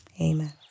Amen